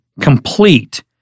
complete